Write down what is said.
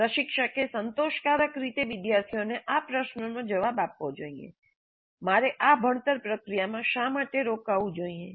' પ્રશિક્ષકે સંતોષકારક રીતે વિદ્યાર્થીઓને આ પ્રશ્નનો જવાબ આપવો જોઈએ " મારે આ ભણતર પ્રક્રિયામાં શા માટે રોકાવું જોઈએ